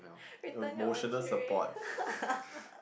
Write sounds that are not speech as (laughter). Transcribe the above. return your own tray (laughs)